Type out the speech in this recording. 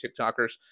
TikTokers